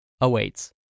awaits